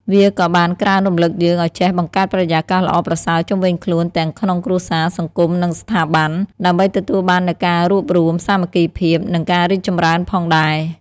វាក៏បានក្រើនរំលឹកយើងឱ្យចេះបង្កើតបរិយាកាសល្អប្រសើរជុំវិញខ្លួន ទាំងក្នុងគ្រួសារ សង្គម និងស្ថាប័ន ដើម្បីទទួលបាននូវការរួបរួម សាមគ្គីភាព និងការរីកចម្រើនផងដែរ។